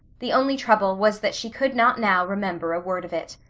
the only trouble was that she could not now remember a word of it.